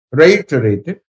reiterated